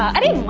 i